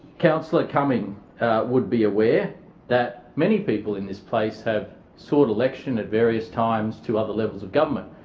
councillor cumming would be aware that many people in this place have sought election at various times to other levels of government.